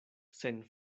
sen